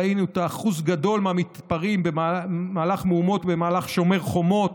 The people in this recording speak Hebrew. ראינו את האחוז הגדול מהמתפרעים במהלך המהומות בשומר החומות,